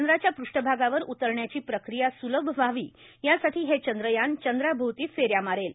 चंद्राच्या पृष्ठभागावर उतरण्याची प्रक्रिया सुलभ व्हावी यासाठी हे चंद्रयान चंद्राभोवती फेऱ्या मारेल